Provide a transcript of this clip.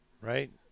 Right